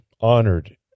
honored